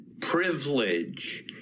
privilege